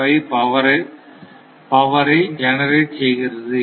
005 பவரை ஜெனரேட் செய்கிறது